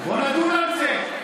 בוא נדון על זה,